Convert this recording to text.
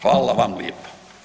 Hvala vam lijepa.